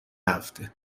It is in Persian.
هفته